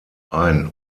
ein